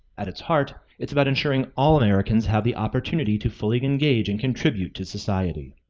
at its heart, it's about ensuring all americans have the opportunity to fully engage and contribute to society.